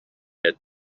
had